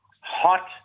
hot